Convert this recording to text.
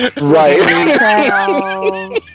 Right